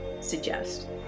suggest